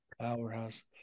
Powerhouse